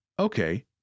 Okay